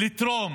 ולתרום.